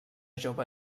jove